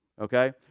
Okay